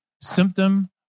symptom